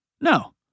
No